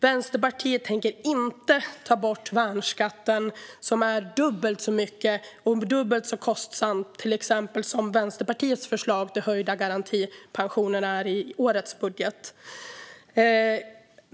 Vänsterpartiet tänker inte ta bort värnskatten, som är dubbelt så kostsam som Vänsterpartiets förslag till höjda garantipensioner i årets budget.